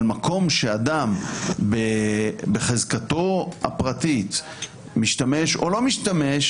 אבל מקום שאדם בהחזקתו הפרטית משתמש או לא משתמש,